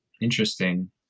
interesting